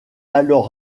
alors